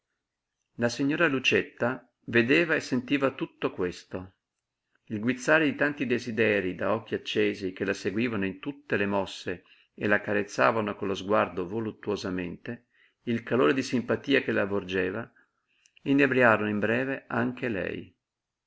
la signora lucietta vedeva e sentiva tutto questo il guizzare di tanti desiderii da occhi accesi che la seguivano in tutte le mosse e la carezzavano con lo sguardo voluttuosamente il calore di simpatia che la avvolgeva inebriarono in breve anche lei